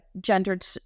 gendered